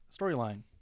Storyline